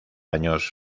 años